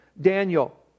Daniel